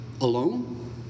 alone